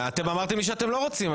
אתם אמרתם לי שאתם לא רוצים.